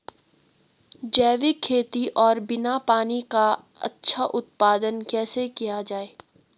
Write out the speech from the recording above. जैविक खेती और बिना पानी का अच्छा उत्पादन कैसे किया जाए?